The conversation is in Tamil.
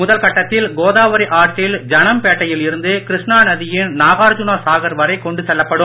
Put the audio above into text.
முதல் கட்டத்தில் கோதாவரி ஆற்றில் ஜனம்பேட்டையில் இருந்து கிருஷ்ணா நதியின் நாகார்ஜுனா சாகர் வரை கொண்டு செல்லப்படும்